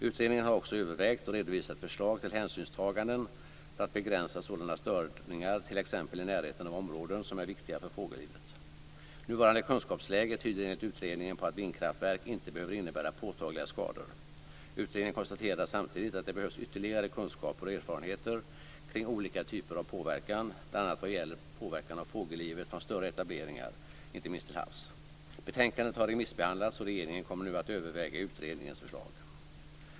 Utredningen har också övervägt och redovisat förslag till hänsynstaganden för att begränsa sådana störningar t.ex. i närheten av områden som är viktiga för fågellivet. Nuvarande kunskapsläge tyder enligt utredningen på att vindkraftverk inte behöver innebära påtagliga skador för fågellivet. Utredningen konstaterar samtidigt att det behövs ytterligare kunskap och erfarenheter kring olika typer av påverkan, bl.a. vad gäller påverkan av fågellivet från större etableringar, inte minst till havs. Betänkandet har remissbehandlats och regeringen kommer nu att överväga utredningens förslag.